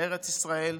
לארץ ישראל,